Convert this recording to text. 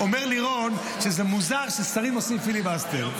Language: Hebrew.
אומר לי רון שזה מוזר ששרים עושים פיליבסטר.